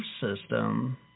system